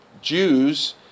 Jews